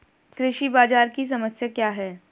कृषि बाजार की समस्या क्या है?